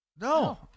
No